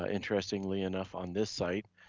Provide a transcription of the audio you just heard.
ah interestingly enough, on this site,